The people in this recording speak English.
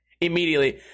immediately